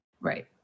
Right